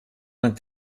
zijn